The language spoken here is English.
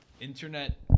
internet